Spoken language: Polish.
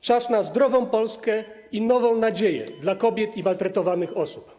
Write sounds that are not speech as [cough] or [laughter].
Czas na zdrową Polskę [noise] i nową nadzieję dla kobiet i maltretowanych osób.